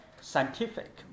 scientific